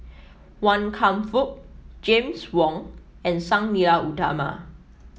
Wan Kam Fook James Wong and Sang Nila Utama